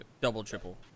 double-triple